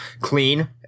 clean